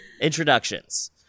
Introductions